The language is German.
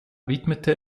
widmete